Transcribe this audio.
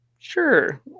Sure